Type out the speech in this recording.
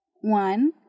one